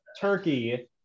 turkey